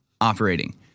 operating